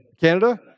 Canada